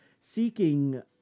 seeking